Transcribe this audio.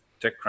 TechCrunch